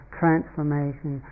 transformation